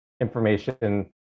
information